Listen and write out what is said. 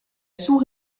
sous